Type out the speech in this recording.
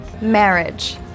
Marriage